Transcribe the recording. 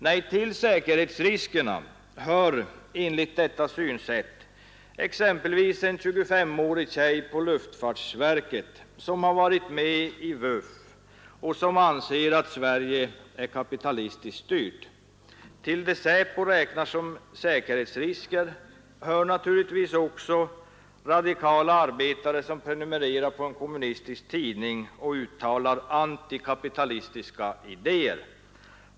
Nej, till säkerhetsriskerna hör enligt detta synsätt exempelvis en 2S-årig tjej på luftfartsverket som har varit med i VUF och anser att Sverige är kapitalistiskt styrt. Till det SÄPO räknar som säkerhetsrisker hör naturligtvis också radikala arbetare som prenumererar på en kommunistisk tidning och uttalar antikapitalistiska idéer.